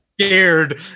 scared